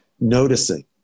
noticing